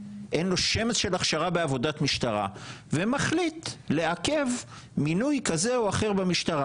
אין לו שמץ של הכשרה בעבודת משטרה ומחליט לעכב מינוי כזה או אחר במשטרה,